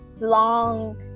long